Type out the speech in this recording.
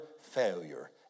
failure